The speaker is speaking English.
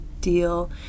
deal